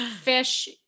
Fish